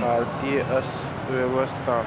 भारतीय अर्थव्यवस्था